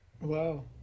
Wow